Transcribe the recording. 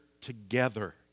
together